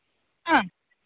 ആ